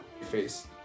face